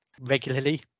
regularly